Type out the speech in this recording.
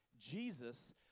Jesus